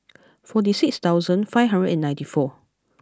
forty six thousand five hundred and ninety four